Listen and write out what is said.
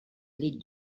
les